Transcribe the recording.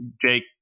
Jake